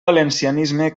valencianisme